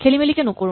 খেলিমেলি কে নকৰো